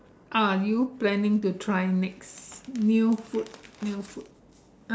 are you planning to try next new food new food